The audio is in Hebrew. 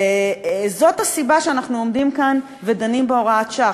וזאת הסיבה שאנחנו עומדים כאן ודנים בהוראת שעה.